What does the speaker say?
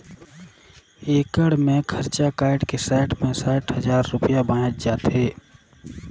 एकड़ मे खरचा कायट के साठ पैंसठ हजार रूपिया बांयच जाथे